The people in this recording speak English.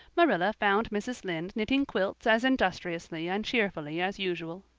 marilla found mrs. lynde knitting quilts as industriously and cheerfully as usual.